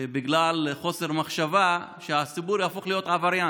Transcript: שבגלל חוסר מחשבה הציבור יהפוך להיות עבריין.